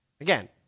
again